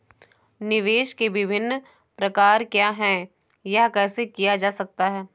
निवेश के विभिन्न प्रकार क्या हैं यह कैसे किया जा सकता है?